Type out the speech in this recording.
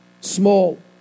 small